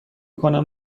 کنم